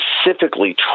specifically